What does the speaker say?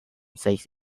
seis